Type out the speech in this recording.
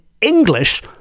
English